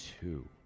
two